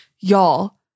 y'all